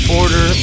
order